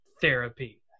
therapy